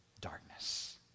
Darkness